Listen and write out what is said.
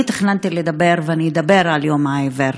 אני תכננתי לדבר, ואני אדבר, על יום העיוור,